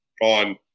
on